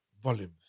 volumes